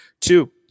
Two